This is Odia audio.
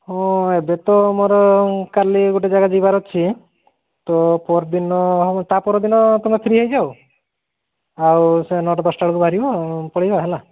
ହଁ ଏବେ ତ ଆମର କାଲି ଗୋଟିଏ ଜାଗା ଯିବାର ଅଛି ତ ପହରଦିନ ହେବ ତା ପହରଦିନ ତମେ ଫ୍ରି ହୋଇଯାଅ ଆଉ ସେ ନଅଟା ଦଶଟା ବେଳକୁ ବାହାରିବ ପଳାଇବା ହେଲା